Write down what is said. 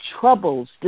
troubles